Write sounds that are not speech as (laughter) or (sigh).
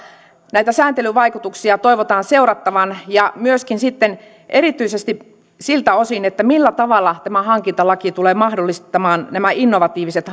näitä sääntelyvaikutuksia toivotaan seurattavan ja myöskin sitten erityisesti siltä osin millä tavalla tämä hankintalaki tulee mahdollistamaan nämä innovatiiviset (unintelligible)